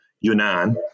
Yunnan